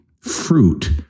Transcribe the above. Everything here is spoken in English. fruit